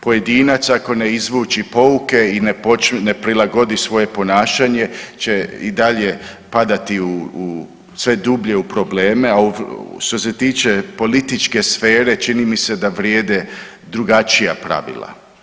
Pojedinac ako ne izvuče pouke i ne prilagodi svoje ponašanje će i dalje padati sve dublje u probleme, a što se tiče političke sfere čini mi se da vrijede drugačija pravila.